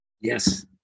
Yes